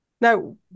Now